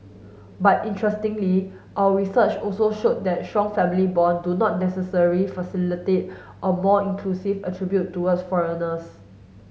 but interestingly our research also showed that strong family bond do not necessarily facilitate a more inclusive attribute towards foreigners